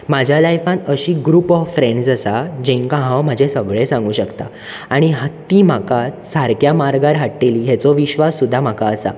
म्हाज्या लायफांत अशी ग्रूप ऑफ फ्रेण्ड्ज आसात जेंकां हांव म्हाजें सगळें सांगूक शकतां आनी तीं म्हाका सारके मार्गार हाडटलीं हाचो विश्वास सुद्दां म्हाका आसा